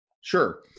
Sure